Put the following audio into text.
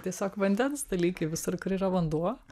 tiesiog vandens dalykai visur kur yra vanduo